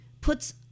puts